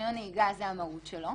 שרישיון נהיגה זה המהות שלו,